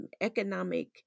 economic